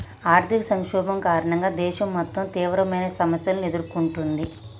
ఆర్థిక సంక్షోభం కారణంగా దేశం మొత్తం తీవ్రమైన సమస్యలను ఎదుర్కొంటుంది